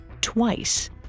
Twice